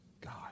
God